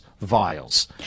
vials